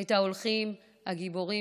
את ההולכים הגיבורים,